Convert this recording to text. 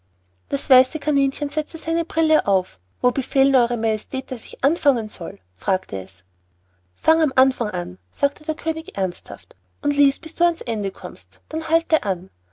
das weiße kaninchen setzte seine brille auf wo befehlen eure majestät daß ich anfangen soll fragte es fange beim anfang an sagte der könig ernsthaft und lies bis du an's ende kommst dann halte an